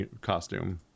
costume